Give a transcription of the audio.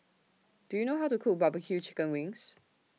Do YOU know How to Cook Barbeque Chicken Wings